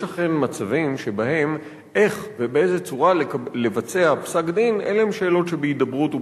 יש אכן מצבים שבהם איך ובאיזה צורה לבצע פסק-דין אלה שאלות שבהידברות,